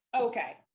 okay